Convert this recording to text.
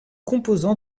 composant